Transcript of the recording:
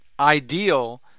Ideal